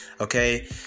Okay